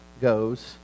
goes